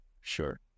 Sure